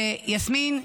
יסמין,